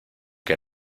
que